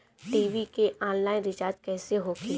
TV के online recharge कैसे होखी?